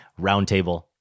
roundtable